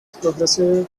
progressive